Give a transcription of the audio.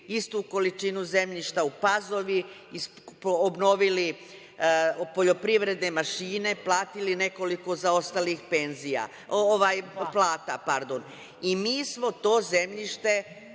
istu količinu zemljišta u Pazovi, obnovili poljoprivredne mašine, platili nekoliko zaostalih plata. Mi smo dali